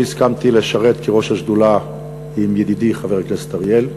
הסכמתי לשרת עם ידידי חבר הכנסת אריאל,